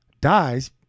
Dies